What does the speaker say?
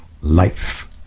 life